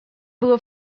było